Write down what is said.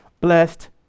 blessed